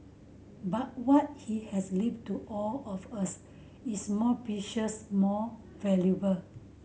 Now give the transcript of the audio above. but what he has left to all of us is more precious more valuable